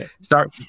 start